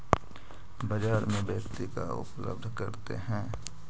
बाजार में व्यक्ति का उपलब्ध करते हैं?